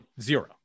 Zero